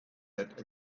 yet